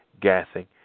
gassing